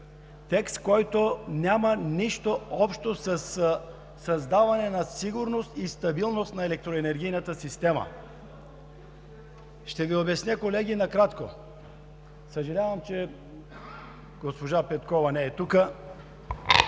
Текст, който няма нищо общо със създаване на сигурност и стабилност на електроенергийната система. Ще Ви обясня, колеги, накратко. Съжалявам, че госпожа Петкова не е тук.